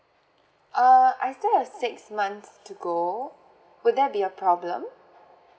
uh I still have six months to go would that be a problem